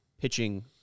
pitching